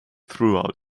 throughout